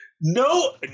no